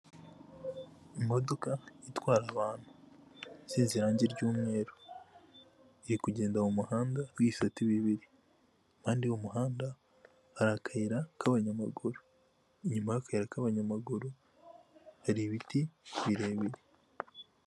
Imodoka itwara abantu isize irangi ry'umweru, iri kugenda mu muhanda wibisate bibiri, impande y'uyu muhanda hari akayira k'abanyamaguru, inyuma y'akayira k'abanyamaguru, hari ibiti birebire.